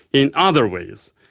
in other ways.